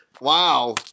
Wow